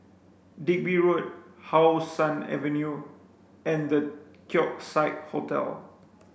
Digby Road How Sun Avenue and Keong Saik Hotel